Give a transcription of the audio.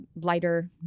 lighter